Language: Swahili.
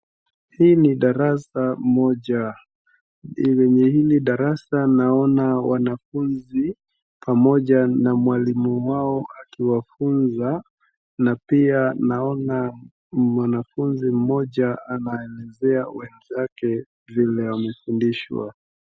Hii ni darasa moja kwenye ili darasa naona wanafuzi pamoja na mwalimu wao akiwafunza na pia naona mwanafunzi mmoja anawaeleza wenzake vile amefundishwa